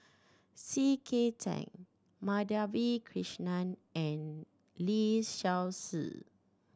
C K Tang Madhavi Krishnan and Lee Seow Ser